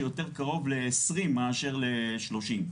יותר קרוב ל-20 מאשר ל-30.